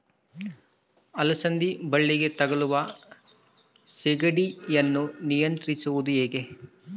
ಅಲಸಂದಿ ಬಳ್ಳಿಗೆ ತಗುಲುವ ಸೇಗಡಿ ಯನ್ನು ನಿಯಂತ್ರಿಸುವುದು ಹೇಗೆ?